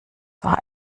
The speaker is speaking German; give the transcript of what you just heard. war